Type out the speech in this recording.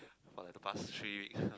for the past three weeks